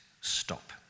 stop